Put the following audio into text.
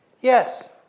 Yes